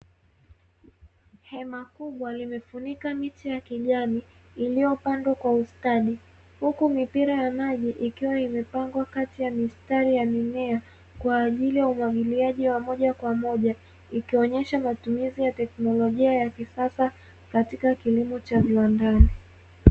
Hema kubwa limefunika miche ya kijani iliyopandwa kwa ustadi, huku mipira ya maji ikiwa imepangwa kati ya mistari ya mimea kwa ajili ya umwagiliaji wa moja kwa moja, ikionyesha matumizi ya teknolojia ya kisasa katika kilimo cha viwandani.